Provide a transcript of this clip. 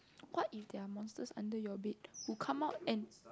what if there are monsters under your bed who come out and